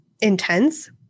intense